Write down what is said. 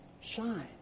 shine